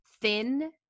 thin